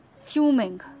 fuming